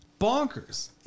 bonkers